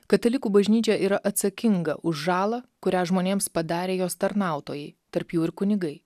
katalikų bažnyčia yra atsakinga už žalą kurią žmonėms padarė jos tarnautojai tarp jų ir kunigai